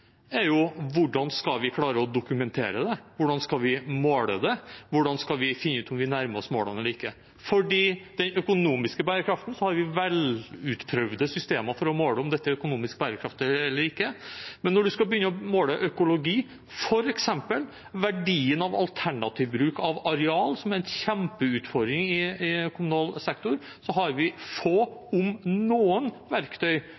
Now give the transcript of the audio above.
er hvordan vi skal klare å dokumentere det, hvordan vi skal måle det, hvordan vi skal finne ut om vi nærmer oss målene eller ikke. For den økonomiske bærekraften har vi velprøvde systemer for å måle om dette er økonomisk bærekraftig eller ikke, men når man skal begynne å måle økologi, f.eks. verdien av alternativ bruk av areal, som er en kjempeutfordring i kommunal sektor, har vi få – om noen – verktøy